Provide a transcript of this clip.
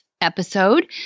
episode